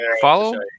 follow